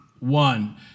One